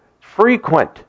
Frequent